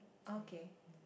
okay